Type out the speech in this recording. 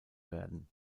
werden